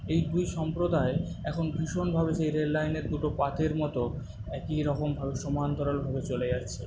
এই দুই সম্প্রদায় এখন ভীষণভাবে সেই রেল লাইনের দুটো পাতের মতো একইরকমভাবে সমান্তরালভাবে চলে যাচ্ছে